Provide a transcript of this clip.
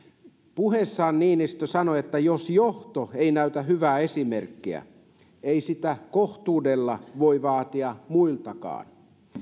puheessaan niinistö sanoi että jos johto ei näytä hyvää esimerkkiä ei sitä kohtuudella voi vaatia muiltakaan